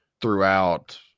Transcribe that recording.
throughout